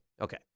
Okay